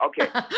Okay